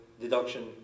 deduction